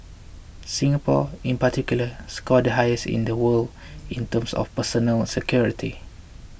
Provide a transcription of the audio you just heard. Singapore in particular scored the highest in the world in terms of personal security